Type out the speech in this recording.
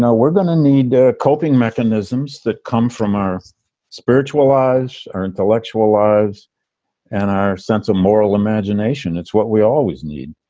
we're going to need ah coping mechanisms that come from our spiritual lives, our intellectual lives and our sense of moral imagination. it's what we always need.